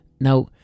Now